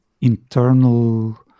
internal